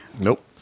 Nope